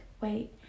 wait